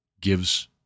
gives